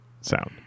sound